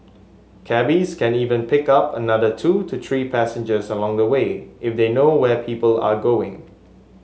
cabbies can even pick up another two to three passengers along the way if they know where people are going